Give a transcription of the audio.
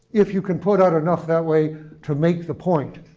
if you can put out enough that way to make the point.